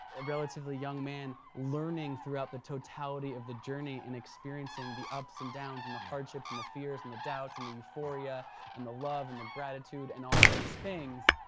a relatively young man, learning throughout the totality of the journey and experiencing the ups and the downs and the hardships and the fears and the doubts and the euphoria and the love and the gratitude and all of these things.